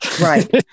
Right